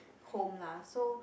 home lah so